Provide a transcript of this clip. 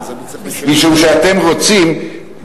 משום שאתם רוצים,